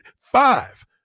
five